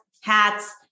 hats